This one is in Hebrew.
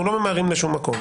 אנחנו לא ממהרים לשום מקום,